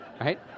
right